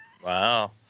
wow